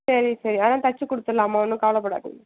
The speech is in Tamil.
சரி சரி அதெலாம் தைச்சி கொடுத்துர்லாம்மா ஒன்றும் கவலைப்படாதிங்க